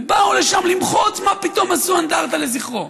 ובאו לשם למחות, מה פתאום עשו אנדרטה לזכרו.